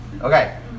Okay